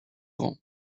grand